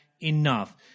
enough